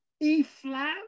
E-flat